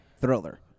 Thriller